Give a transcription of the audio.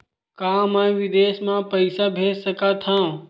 का मैं विदेश म पईसा भेज सकत हव?